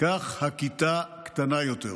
כך הכיתה קטנה יותר,